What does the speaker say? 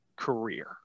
career